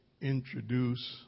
introduce